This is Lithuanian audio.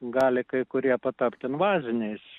gali kai kurie patapti invaziniais